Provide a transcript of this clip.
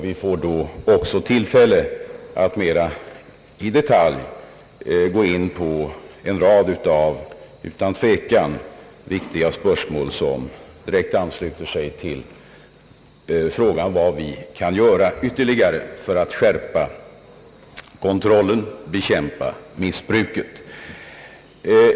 Vi får då också tillfälle att mera i detalj gå in på en rad av utan tvekan viktiga spörsmål som direkt ansluter sig till frågan vad vi ytterligare kan göra för att skärpa kontrollen och bekämpa missbruket.